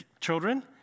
Children